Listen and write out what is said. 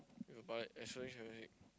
excluding Champions-League